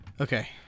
Okay